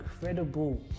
Incredible